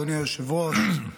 אדוני היושב-ראש,